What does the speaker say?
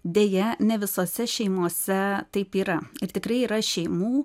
deja ne visose šeimose taip yra ir tikrai yra šeimų